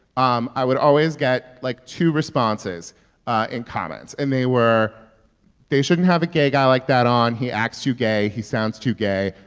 um i would always get, like, two responses and comments. and they were they shouldn't have a gay guy like that on. he acts too gay. he sounds too gay.